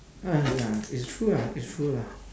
ah ya it's true ah it's true lah